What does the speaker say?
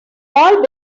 all